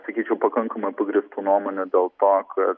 sakyčiau pakankamai pagrįstų nuomonių dėl to kad